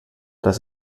das